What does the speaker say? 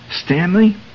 Stanley